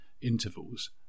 intervals